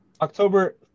October